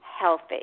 healthy